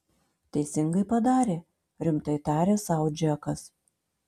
teisingai padarė rimtai tarė sau džekas